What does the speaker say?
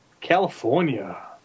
California